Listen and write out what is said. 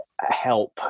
help